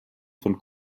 von